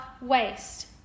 waste